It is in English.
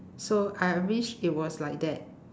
so I wish it was like that